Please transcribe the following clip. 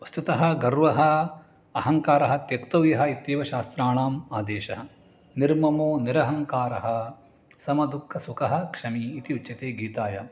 वस्तुतः गर्वः अहङ्कारः त्यक्तव्यः इत्येव शास्त्राणाम् आदेशः निर्ममो निरहङ्कारः समदुःखः सुखः क्षमी इति उच्यते गीतायाम्